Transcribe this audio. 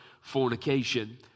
fornication